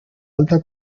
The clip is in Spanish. alta